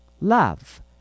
Love